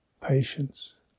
patience